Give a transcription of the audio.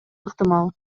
ыктымал